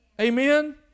Amen